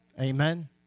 Amen